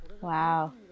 Wow